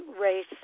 race